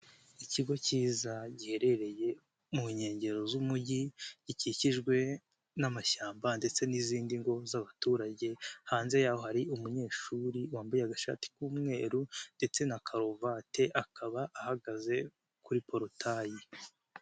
Ikigo cyiza giherereye mu nkengero z'umujyi gikikijwe n'amashyamba ndetse n'izindi ngo z'abaturage, hanze y'aho hari umunyeshuri wambaye agashati k'umweru ndetse na karuvati, akaba ahagaze kuri porutayi.